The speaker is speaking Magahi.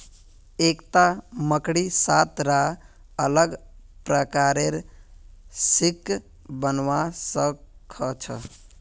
एकता मकड़ी सात रा अलग प्रकारेर सिल्क बनव्वा स ख छ